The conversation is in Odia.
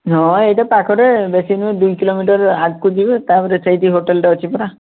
ହଁ ଏଇଟା ପାଖରେ ଦେଖି କି ଦୁଇ କିଲୋମିଟର ଆଗକୁ ଯିବେ ତାପରେ ସେଇଠି ହୋଟେଲ୍ ଅଛି ପରା